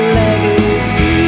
legacy